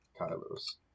Kylo's